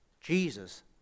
jesus